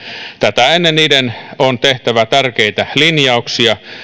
tätä ennen niiden on tehtävä tärkeitä linjauksia